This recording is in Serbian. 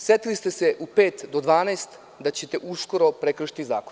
Setili ste se u pet do 12 da ćete uskoro prekršiti zakon.